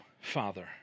Father